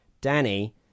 Danny